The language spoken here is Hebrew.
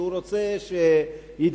שהוא רוצה שידידנו,